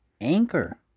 Anchor